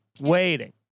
waiting